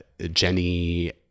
Jenny